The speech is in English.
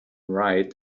right